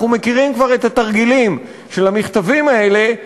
אנחנו מכירים כבר את התרגילים של המכתבים האלה.